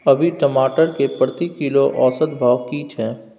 अभी टमाटर के प्रति किलो औसत भाव की छै?